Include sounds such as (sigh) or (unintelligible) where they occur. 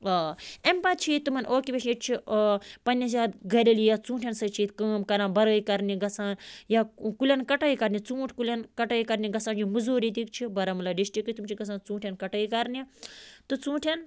آ أمۍ پَتہٕ چھِ یہِ تِمَن (unintelligible) ییٚتہِ چھُ پنٛنِس یَتھ گَریلی یا ژوٗنٛٹھٮ۪ن سۭتۍ چھِ ییٚتہِ کٲم کَران بَرٲے کَرنہِ گژھان یا کُلٮ۪ن کَٹٲے کَرنہِ ژوٗنٛٹھۍ کُلٮ۪ن کَٹٲے کَرنہِ گژھان یِم مٔزوٗر ییٚتِکۍ چھِ بارہمولہ ڈِسٹِرٛکٕکۍ تِم چھِ گژھان ژوٗنٛٹھٮ۪ن کَٹٲے کَرنہِ تہٕ ژوٗنٛٹھٮ۪ن